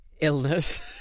Illness